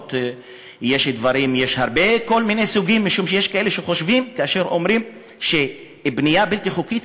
למרות שיש כל מיני סוגים: יש כאלה שחושבים שכשאומרים בנייה בלתי חוקית,